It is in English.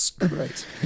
Right